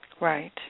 Right